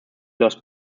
lost